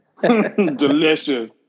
Delicious